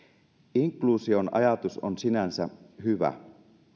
inkluusion ajatus on sinänsä hyvä